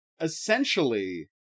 Essentially